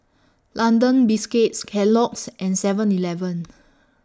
London Biscuits Kellogg's and Seven Eleven